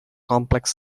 complex